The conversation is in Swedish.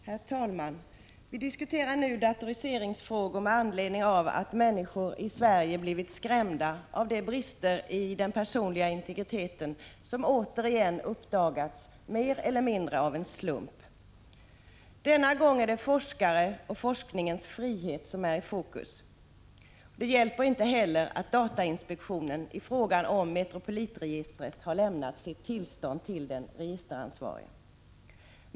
Herr talman! Vi diskuterar nu datoriseringsfrågor med anledning av att människor i Sverige blivit skrämda av de brister i skyddet av den personliga integriteten som återigen uppdagats — mer eller mindre av en slump. Denna gång är det forskare och forskningens frihet som är i fokus. Det hjälper inte att datainspektionen i fråga om Metropolit har lämnat sitt tillstånd till den registeransvarige.